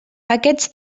aquests